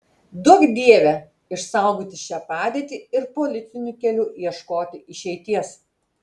duok dieve išsaugoti šią padėtį ir politiniu keliu ieškoti išeities